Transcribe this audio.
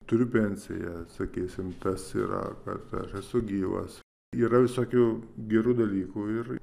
turiu pensiją sakysim tas yra kad aš esu gyvas yra visokių gerų dalykų ir